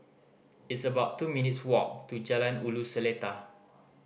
it's about two minutes' walk to Jalan Ulu Seletar